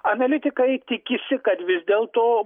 analitikai tikisi kad vis dėlto